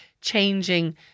changing